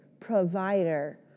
provider